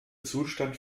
zustand